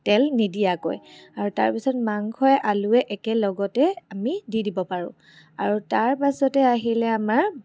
তেল নিদিয়াকৈ আৰু তাৰপাছত মাংসই আলুৱে একেলগতে আমি দি দিব পাৰোঁ আৰু তাৰপাছতে আহিলে আমাৰ